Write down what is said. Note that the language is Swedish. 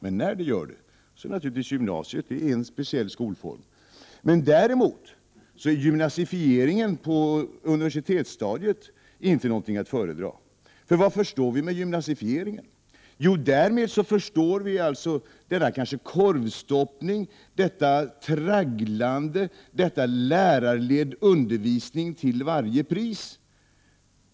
Men när det gör det, så är naturligtvis gymnasiet en speciell skolform. Däremot är gymnasifieringen på universitetsstadiet inte någonting att föredra. Vad förstår vi med gymnasifiering? Jo, denna korvstoppning, detta tragglande, denna lärarledda undervisning till varje pris.